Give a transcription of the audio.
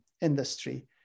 industry